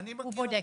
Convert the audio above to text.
הוא בודק.